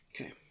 Okay